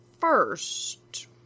first